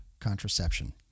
contraception